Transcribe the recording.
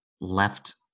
left